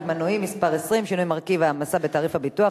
מנועי (מס' 20) (שינוי מרכיב ההעמסה בתעריף הביטוח),